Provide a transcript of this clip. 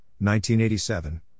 1987